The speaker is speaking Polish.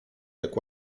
jak